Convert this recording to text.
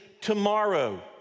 tomorrow